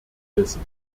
wissen